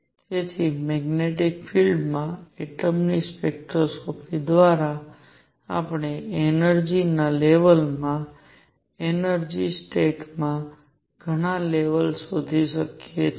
તેથી magnetic field માં એટમની સ્પેક્ટ્રોસ્કોપી દ્વારા આપણે એનર્જિ ના લેવલ માં એનર્જિ સ્ટેટમાં ઘણા લેવલ શોધી શકીએ છીએ